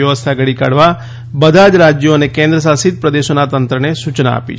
વ્યવસ્થા ઘડી કાઢવા બધા જ રાજ્યો અને કેન્દ્ર શાસિત પ્રદેશોના તંત્રને સૂચના આપી છે